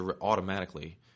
automatically